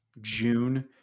June